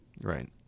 Right